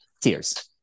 tears